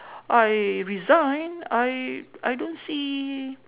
I resign I I don't see